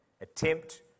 Attempt